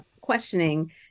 questioning